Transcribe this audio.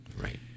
Right